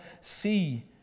see